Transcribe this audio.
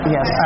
Yes